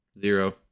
Zero